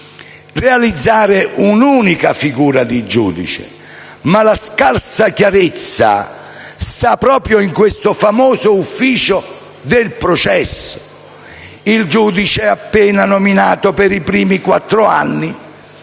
realizzare un'unica figura di giudice, ma la scarsa chiarezza sta proprio in questo famoso ufficio del processo. Il giudice appena nominato per i primi quattro anni